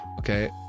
okay